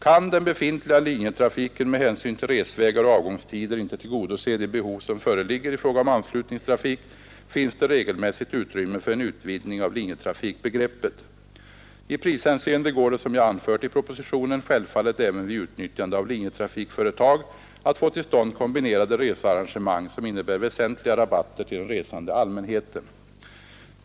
Kan den befintliga linjetrafiken med hänsyn till resvägar och avgångstider inte tillgodose de behov som föreligger i fråga om anslutningstrafik, finns det regelmässigt utrymme för en utvidgning av linjetrafiknätet. I prishänseende går det — som jag anfört i propositionen — självfallet även vid utnyttjande av linjetrafikföretag att få till stånd kombinerade researrangemang, som innebär väsentliga rabatter till den resande allmänheten.